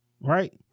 right